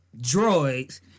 droids